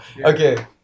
Okay